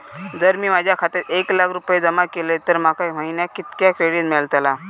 जर मी माझ्या खात्यात एक लाख रुपये जमा केलय तर माका महिन्याक कितक्या क्रेडिट मेलतला?